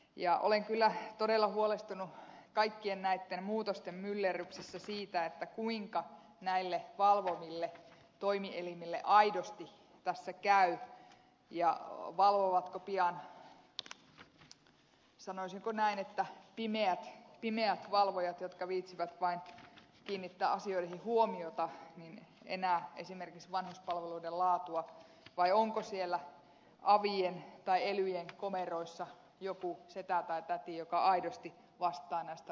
olen kyllä todella huolestunut kaikkien näitten muutosten myllerryksessä siitä kuinka näille valvoville toimielimille aidosti tässä käy valvovatko pian sanoisinko näin pimeät valvojat jotka viitsivät vain kiinnittää asioihin huomiota enää esimerkiksi vanhuspalveluiden laatua vai onko siellä avien tai elyjen komeroissa joku setä tai täti joka aidosti vastaa näistä asioista